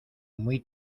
muy